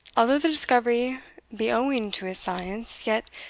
although the discovery be owing to his science, yet,